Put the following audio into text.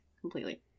completely